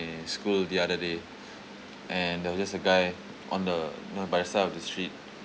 school the other day and there was just a guy on the you know by the side of the street